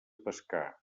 pescar